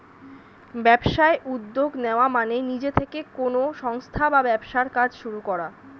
ব্যবসায় উদ্যোগ নেওয়া মানে নিজে থেকে কোনো সংস্থা বা ব্যবসার কাজ শুরু করা